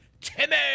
Timmy